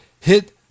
hit